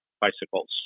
bicycles